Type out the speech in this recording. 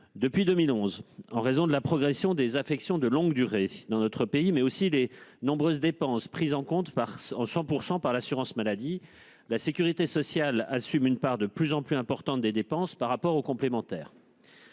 Depuis 2011, en raison de la progression des affections de longue durée (ALD) dans notre pays, mais aussi des nombreuses dépenses prises en charge à 100 % par l'assurance maladie, la sécurité sociale assume une part de plus en plus importante des frais par rapport aux complémentaires.